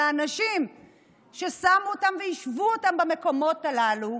על האנשים ששמו אותם ויישבו אותם במקומות הללו,